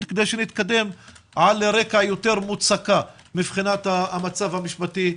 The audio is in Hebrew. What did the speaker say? כדי שנתקדם על קרקע יותר מוצקה מבחינת המצב המשפטי.